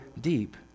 deep